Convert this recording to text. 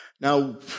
Now